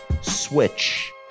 switch